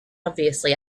obviously